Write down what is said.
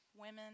women